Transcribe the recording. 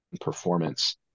performance